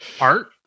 Art